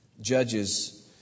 Judges